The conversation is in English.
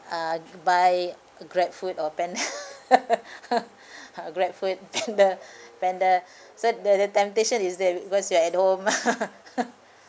uh buy Grab food or pan~ Grab food panda panda so that the temptation is that because you are at home ah